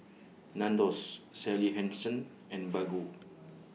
Nandos Sally Hansen and Baggu